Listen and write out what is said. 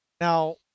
Now